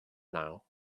now